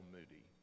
Moody